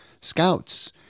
scouts